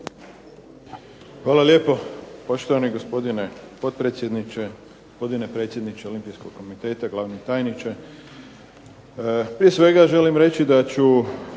Hvala lijepo poštovani gospodine potpredsjedniče, poštovani predsjedniče Olimpijskog komiteta, gospodine tajniče. Prije svega želim reći da